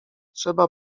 trzeba